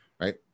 right